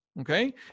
okay